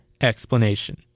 explanation